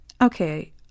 Okay